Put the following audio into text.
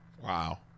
Wow